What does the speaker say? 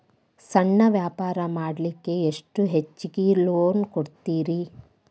ಸಣ್ಣ ವ್ಯಾಪಾರ ಮಾಡ್ಲಿಕ್ಕೆ ಎಷ್ಟು ಹೆಚ್ಚಿಗಿ ಲೋನ್ ಕೊಡುತ್ತೇರಿ?